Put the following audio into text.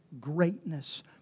greatness